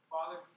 Father